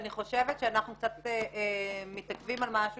אני חושבת שאנחנו מתעכבים על משהו